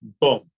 boom